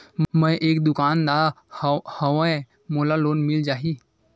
मै एक दुकानदार हवय मोला लोन मिल जाही?